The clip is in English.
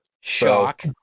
Shock